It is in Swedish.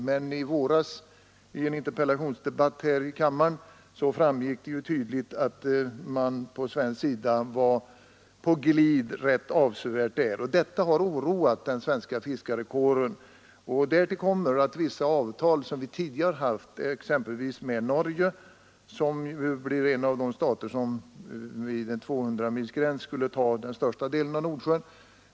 Men i våras framgick det tydligt av en interpellationsdebatt här i kammaren att man på svensk sida var på glid rätt avsevärt i detta avseende. Detta har oroat den svenska fiskarkåren. Därtill kommer en annan omständighet. Norge är den stat som vid en utflyttning av fiskegränsen till 200 mil skulle ta den största delen av Nordsjön.